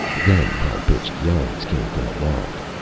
then high-pitched yellings came from aloft.